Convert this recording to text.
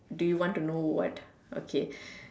do you want to know what okay